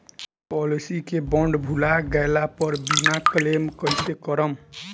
Policy के bond भुला गैला पर बीमा क्लेम कईसे करम?